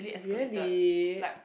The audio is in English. really